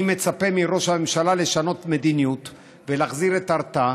אני מצפה מראש הממשלה לשנות מדיניות ולהחזיר את ההרתעה,